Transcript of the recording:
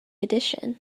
edition